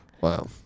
Wow